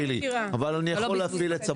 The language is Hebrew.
אבל אני יכול להאציל את סמכותי.